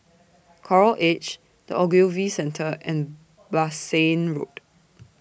Coral Edge The Ogilvy Centre and Bassein Road